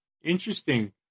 Interesting